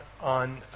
on